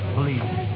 Believe